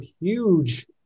huge